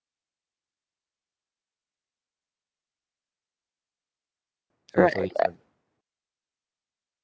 right right right